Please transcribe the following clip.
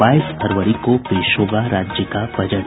बाईस फरवरी को पेश होगा राज्य का बजट